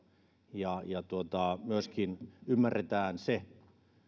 ja ja myöskin ymmärretään se